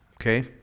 okay